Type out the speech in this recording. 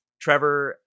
Trevor